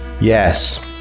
Yes